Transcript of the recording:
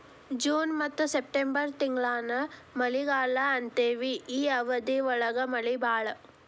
June ಇಂದ September ತಿಂಗಳಾನ ಮಳಿಗಾಲಾ ಅಂತೆವಿ ಈ ಅವಧಿ ಒಳಗ ಮಳಿ ಬಾಳ